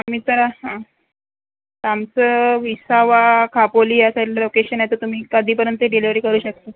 आम्ही तर हां आमचं विसावा खापोली या साईडला लोकेशन आहे तर तुम्ही कधीपर्यंत डिलेवरी करू शकता